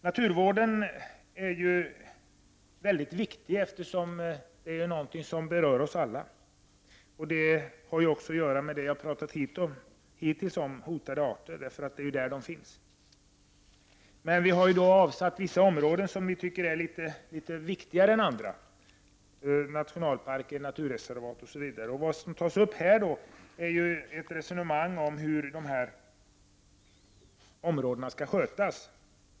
Naturvårdsfrågan är väldigt viktig, eftersom den berör oss alla. Det har också att göra med det jag hittills har talat om, nämligen hotade arter i det skyddade områdena. Vi har gjort vissa områden som är viktigare än andra till nationalparker, naturreservat osv. Här tas nu upp resonemanget om hur dessa områden skall skötas.